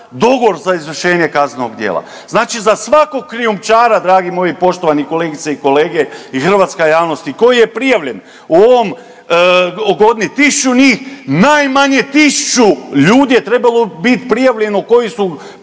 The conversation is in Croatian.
dogovor za izvršenje kaznenog djela. Znači za svakog krijumčara, dragi moji poštovani kolegice i kolege i hrvatska javnosti, koji je prijavljen u ovom godini, tisuću njih, najmanje tisuću ljudi je trebalo biti prijavljeno koji su